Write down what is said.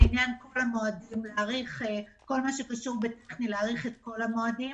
למועדים - להאריך כל מה שקשור להאריך את כל המועדים,